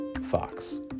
Fox